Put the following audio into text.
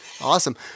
Awesome